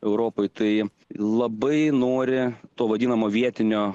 europoje tai labai nori to vadinamo vietinio